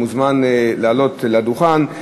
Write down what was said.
הוא מוזמן לעלות לדוכן,